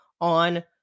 on